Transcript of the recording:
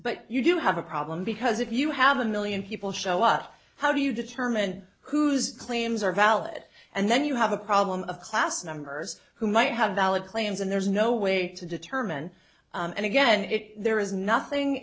but you do have a problem because if you have a million people show a lot how do you determine whose claims are valid and then you have a problem of class numbers who might have valid claims and there's no way to determine and again there is nothing